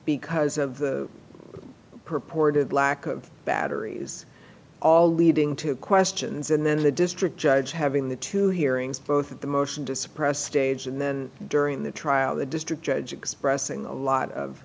because of the purported lack of batteries all leading to questions and then the district judge having the two hearings both of the motion to suppress stage and then during the trial the district judge expressing a lot of